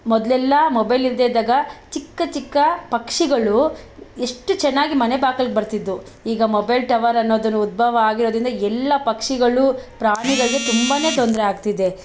ಮೊದಲೆಲ್ಲ ಮೊಬೈಲ್ ಇಲ್ದೇ ಇದ್ದಾಗ ಚಿಕ್ಕ ಚಿಕ್ಕ ಪಕ್ಷಿಗಳು ಎಷ್ಟು ಚೆನ್ನಾಗಿ ಮನೆ ಬಾಗಿಲ್ಗೆ ಬರ್ತಿದ್ವು ಈಗ ಮೊಬೈಲ್ ಟವರ್ ಅನ್ನೋದು ಉದ್ಭವ ಆಗಿರೋದ್ರಿಂದ ಎಲ್ಲ ಪಕ್ಷಿಗಳು ಪ್ರಾಣಿಗಳಿಗೂ ತುಂಬನೇ ತೊಂದರೆ ಆಗ್ತಿದೆ